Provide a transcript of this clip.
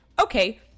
okay